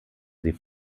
sie